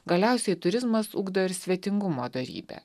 galiausiai turizmas ugdo ir svetingumo dorybę